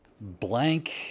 blank